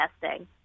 testing